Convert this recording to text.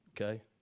Okay